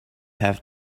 have